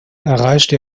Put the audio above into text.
erreichte